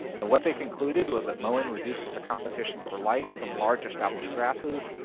and what they concluded was that mowing reduces the competition for light from large, established grasses,